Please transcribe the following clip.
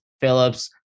Phillips